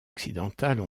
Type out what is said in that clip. occidentales